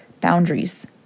boundaries